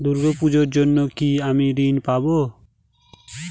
দূর্গা পূজার জন্য কি আমি ঋণ পাবো?